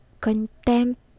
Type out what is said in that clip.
contempt